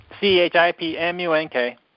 C-H-I-P-M-U-N-K